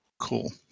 Cool